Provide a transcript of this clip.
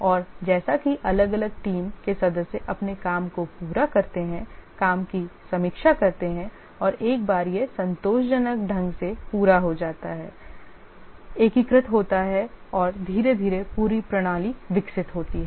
और जैसा कि अलग अलग टीम के सदस्य अपने काम को पूरा करते हैं काम की समीक्षा करते हैं और एक बार ये संतोषजनक ढंग से पूरा हो जाता है एकीकृत होता है और धीरे धीरे पूरी प्रणाली विकसित होती है